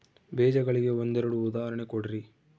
ಬೇಜಗಳಿಗೆ ಒಂದೆರಡು ಉದಾಹರಣೆ ಕೊಡ್ರಿ?